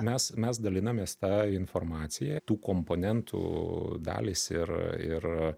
mes mes dalinamės ta informacija tų komponentų dalys ir ir